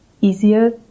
easier